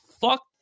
fuck